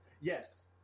Yes